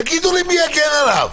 תגידו לי מי יגן עליו.